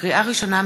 לקריאה ראשונה,